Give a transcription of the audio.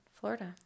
Florida